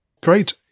Great